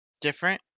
different